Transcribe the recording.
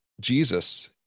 Jesus